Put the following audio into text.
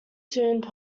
tune